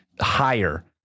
higher